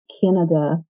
Canada